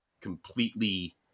completely